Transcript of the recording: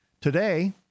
Today